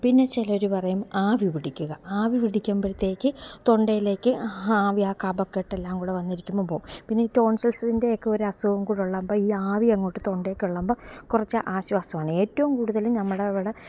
പിന്നെ ചിലർ പറയും ആവി പിടിക്കുക ആവി പിടിക്കുമ്പോഴത്തേക്ക് തൊണ്ടയിലേക്ക് ആവി ആ കഫകെട്ടെല്ലാം കൂടെ വന്നിരിക്കുമ്പം പോം പിന്നെ ഈ ടോൺസിൽസിന്റെയൊക്കെ ഒരസുഖം കൂടിയുള്ളപ്പോൾ ഈ ആവി അങ്ങോട്ട് തൊണ്ടയിൽ കൊള്ളുമ്പോൾ കുറച്ച് ആശ്വാസമാണ് ഏറ്റവും കൂടുതൽ നമ്മുടെയവിടെ